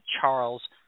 Charles